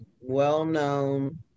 well-known